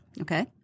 Okay